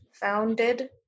founded